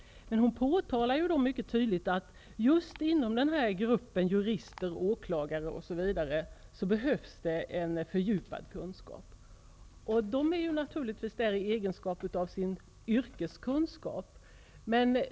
Hon påtalade mycket tydligt att det just inom gruppen jurister och åklagare behövdes en fördjupad kunskap. Dessa personer sitter naturligtvis i rätten tack vare sin yrkeskunskap.